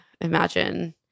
Imagine